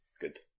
Good